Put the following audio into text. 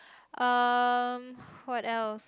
um what else